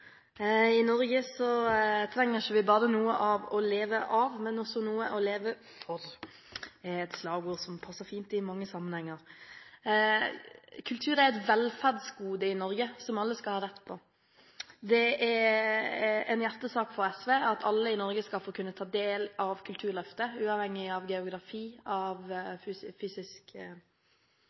Norge trenger vi ikke bare noe å leve av, men også noe å leve for.» Det er et slagord som passer fint i mange sammenhenger. Kultur er et velferdsgode i Norge som alle skal ha rett på. Det er en hjertesak for SV at alle i Norge skal kunne få ta del i Kulturløftet, uavhengig av geografi,